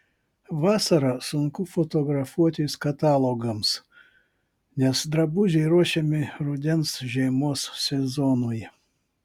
vasarą sunku fotografuotis katalogams nes drabužiai ruošiami rudens žiemos sezonui